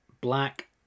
black